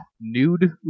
nude